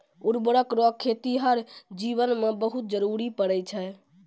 उर्वरक रो खेतीहर जीवन मे बहुत जरुरी पड़ै छै